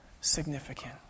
significant